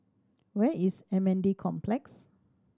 where is M N D Complex